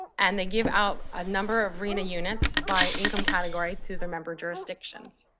and they give out a number of rhna units by income category to the member jurisdictions.